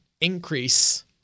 increase